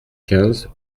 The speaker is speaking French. quinze